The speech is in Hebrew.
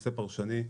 נושא פרשני,